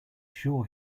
sure